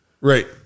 Right